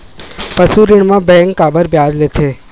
पशु ऋण म बैंक काबर ब्याज लेथे?